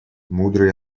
мудрый